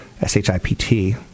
S-H-I-P-T